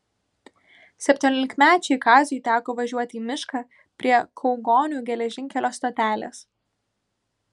septyniolikmečiui kaziui teko važiuoti į mišką prie kaugonių geležinkelio stotelės